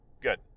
good